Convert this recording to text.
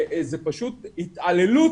זה פשוט התעללות,